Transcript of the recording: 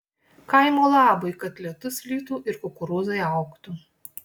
kaimo labui kad lietus lytų ir kukurūzai augtų